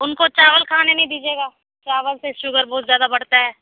اُن کو چاول کھانے نہیں دیجیے گا چاول سے شوگر بہت زیادہ بڑھتا ہے